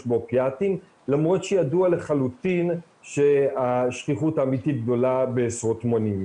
באופיאטים למרות שידוע לחלוטין שהשכיחות האמתית גדולה בעשרות מונים.